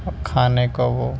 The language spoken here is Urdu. اور کھانے کو وہ